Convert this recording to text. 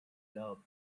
love